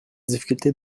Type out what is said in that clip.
difficultés